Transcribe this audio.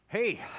Hey